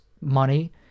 money